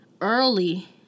early—